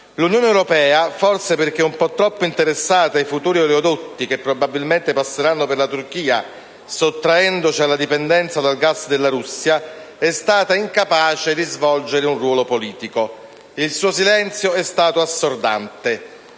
L'Unione europea, forse perché un po' troppo interessata ai futuri oleodotti che probabilmente passeranno per la Turchia sottraendoci alla dipendenza dal gas della Russia, è stata incapace di svolgere un ruolo politico: e il suo silenzio è stato assordante,